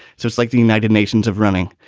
so it's like the united nations have running.